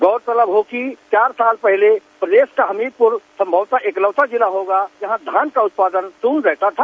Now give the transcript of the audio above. गौरतलब हो कि चार साल पहले प्रदेश का हमीरपुर सम्भवतः इकलौता जिला होगा जहां धान का उत्पादन शून्य रहता था